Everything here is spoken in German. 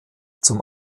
zum